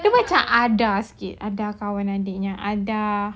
dia macam ada sikit ada kawan adik yang ada